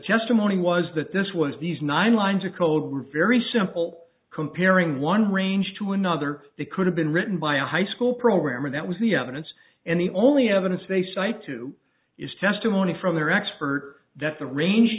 morning was that this was these nine lines of code were very simple comparing one range to another they could have been written by a high school programmer that was the evidence and the only evidence they cite two is testimony from their expert that the range